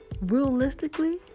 Realistically